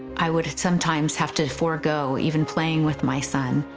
i would sometimes have to forego even playing with my son.